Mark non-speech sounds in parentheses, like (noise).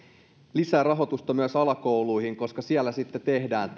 lisärahoitusta myös alakouluihin koska siellä tehdään (unintelligible)